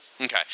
Okay